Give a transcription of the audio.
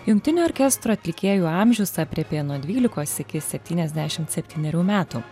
jungtinio orkestro atlikėjų amžius aprėpė nuo dvylikos iki septyniasdešim septynerių metų